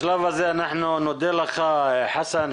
בשלב הזה אנחנו נודה לך, חסן.